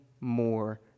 more